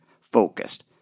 focused